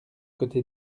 côté